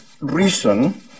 reason